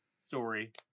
story